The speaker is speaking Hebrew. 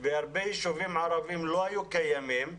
שבהרבה יישובים ערביים לא היו קיימות.